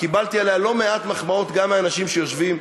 קיבלתי עליה לא מעט מחמאות גם מאנשים שיושבים,